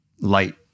light